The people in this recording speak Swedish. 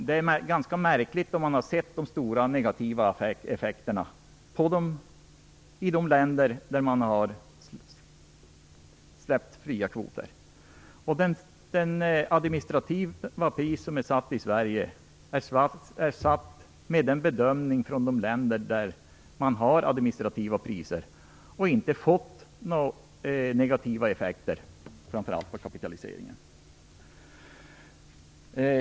Det är ganska märkligt, om man har sett de stora negativa effekterna i de länder där man har släppt kvoterna fria. Det administrativa pris som är satt i Sverige är satt utifrån en bedömning av de länder där man har administrativa priser men inte fått några negativa effekter. Framför allt gäller det kapitaliseringen.